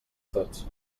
tots